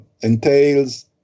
entails